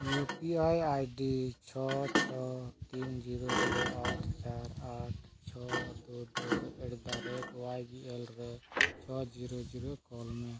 U P I I D ᱪᱷᱚ ᱪᱷᱚ ᱛᱤᱱ ᱡᱤᱨᱳ ᱡᱤᱨᱳ ᱟᱴ ᱪᱟᱨ ᱟᱴ ᱪᱷᱚ ᱫᱩ ᱫᱩ ᱮᱴᱫᱟᱨᱮᱹᱴ ᱚᱣᱟᱡᱽ ᱮᱞ ᱨᱮ ᱪᱷᱚ ᱡᱤᱨᱳ ᱡᱤᱨᱳ ᱠᱳᱞ ᱢᱮ